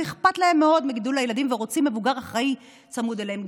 ואכפת להם מאוד מגידול הילדים והם רוצים מבוגר אחראי צמוד אליהם,